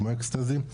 כמו אקסטזי.